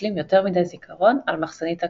מנצלים יותר מדי זיכרון על מחסנית הקריאות.